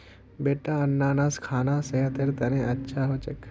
बेटा अनन्नास खाना सेहतेर तने अच्छा हो छेक